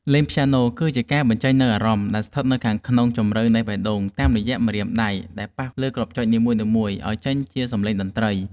លេងព្យ៉ាណូគឺជាការបញ្ចេញនូវអារម្មណ៍ដែលស្ថិតនៅខាងក្នុងជម្រៅនៃបេះដូងតាមរយៈម្រាមដៃដែលប៉ះលើគ្រាប់ចុចនីមួយៗឱ្យចេញជាសម្លេងតន្ត្រី។